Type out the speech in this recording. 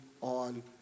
on